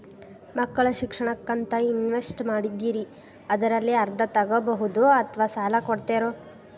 ಮಕ್ಕಳ ಶಿಕ್ಷಣಕ್ಕಂತ ಇನ್ವೆಸ್ಟ್ ಮಾಡಿದ್ದಿರಿ ಅದರಲ್ಲಿ ಅರ್ಧ ತೊಗೋಬಹುದೊ ಅಥವಾ ಸಾಲ ಕೊಡ್ತೇರೊ?